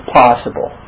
possible